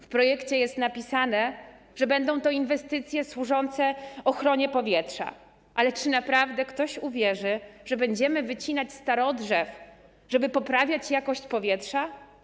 W projekcie jest napisane, że będą to inwestycje służące ochronie powietrza, ale czy naprawdę ktoś uwierzy, że będziemy wycinać starodrzew, żeby poprawiać jakość powietrza?